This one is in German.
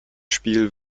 spiel